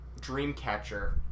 Dreamcatcher